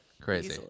crazy